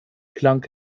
klang